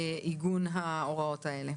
לעיגון ההוראות הללו.